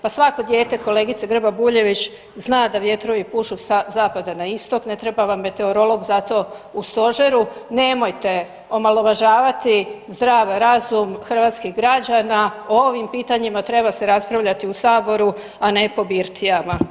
Pa svako dijete, kolegice Grba Buljević zna da vjetrovi pušu sa zapada na istok, ne treba vam meteorolog zato u Stožeru, nemojte omalovažavati zdrav razum hrvatskih građana, o ovim pitanjima treba se raspravljati u Saboru, a ne po birtijama.